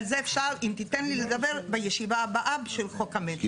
על זה אפשר אם תיתן לי לדבר בישיבה הבאה של חוק המטרו,